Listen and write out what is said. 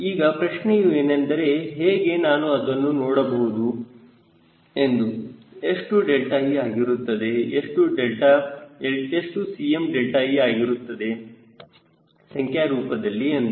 ಈಗ ಪ್ರಶ್ನೆಯೂ ಏನೆಂದರೆಹೇಗೆ ನಾನು ಅದನ್ನು ನೋಡಬಹುದು ಎಂದು ಎಷ್ಟು 𝛿e ಆಗಿರುತ್ತದೆ ಎಷ್ಟು 𝐶mðe ಆಗಿರುತ್ತದೆ ಸಂಖ್ಯಾ ರೂಪದಲ್ಲಿ ಎಂದು